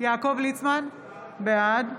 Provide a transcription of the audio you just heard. יעקב ליצמן, בעד